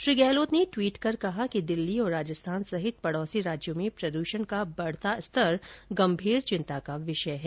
श्री गहलोत ने दवीट कर कहा कि दिल्ली और राजस्थान सहित पडोसी राज्यों में प्रद्षण का बढता स्तर गंभीर चिंता का विषय है